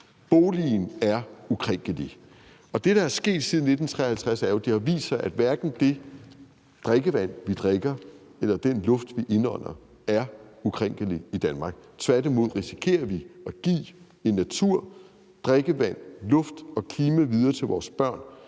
Boligen er ukrænkelig. Det, der er sket siden 1953, er jo, at det har vist sig, at hverken det drikkevand, vi drikker, eller den luft, vi indånder, er ukrænkelige i Danmark. Tværtimod risikerer vi at give en natur, en luft, et klima og noget drikkevand videre til vores børn,